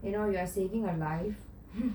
you know you are saving a life